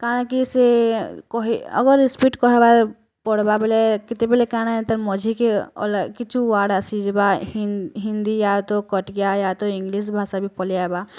କାଣା କି ସେ କହି ଆଗରେ ସ୍ପିଡ଼୍ କହେବା ପଡ଼୍ବା ବଲେ କେତେବେଳେ କାଣା ଏନ୍ତା ମଝିକେ ଅଲା କିଛୁ ୱାଡ଼୍ ଆସିଯିବା ହିନ୍ଦୀ ୟା ତୋ କଟକିଆ ୟାତ ଇଂଲିଶ୍ ଭାଷା ବି ପଲେଇ ଆଏବା